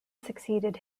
succeeded